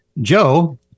Joe